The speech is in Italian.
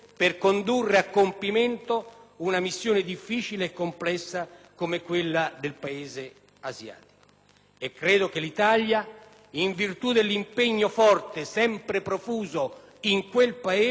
e credo che l'Italia, in virtù del forte impegno sempre profuso in quel Paese, possa e debba svolgere una funzione promotrice per una nuova e più incisiva strategia.